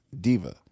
diva